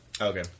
Okay